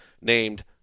named